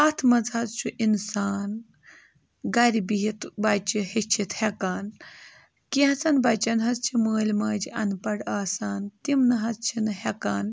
اَتھ منٛز حظ چھُ اِنسان گَرِ بِہِتھ بَچہِ ہیٚچھِتھ ہٮ۪کان کینٛژَن بَچن حظ چھِ مٲلۍ ماجہِ اَن پَڑھ آسان تِم نہٕ حظ چھِنہٕ ہٮ۪کان